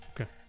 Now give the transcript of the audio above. okay